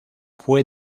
fue